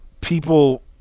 people